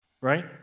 Right